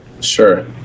Sure